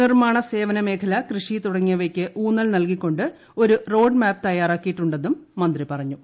നിർമ്മാണ സേവന മേഖല കൃഷി തുടങ്ങിയവയ്ക്ക് ഊന്നൽ നൽകിക്കൊണ്ട് റോഡ് ഒരു മാപ്പ് തയ്യാറാക്കിയിട്ടുണ്ടെന്നും മന്ത്രി പറഞ്ഞു